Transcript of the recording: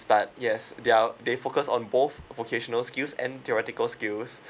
but yes their they focus on both vocational skills and theoretical skills